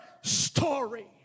story